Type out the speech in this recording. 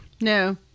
No